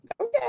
Okay